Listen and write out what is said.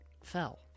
fell